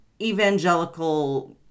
evangelical